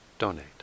donate